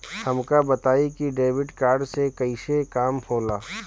हमका बताई कि डेबिट कार्ड से कईसे काम होला?